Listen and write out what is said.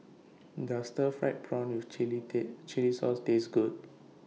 Does Stir Fried Prawn with Chili Sauce Taste Good